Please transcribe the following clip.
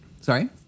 Sorry